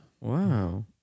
Wow